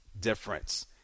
difference